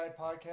podcast